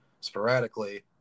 sporadically